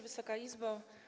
Wysoka Izbo!